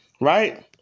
right